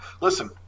listen